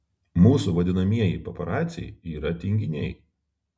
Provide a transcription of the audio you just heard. mūsų vadinamieji paparaciai yra tinginiai